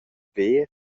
ver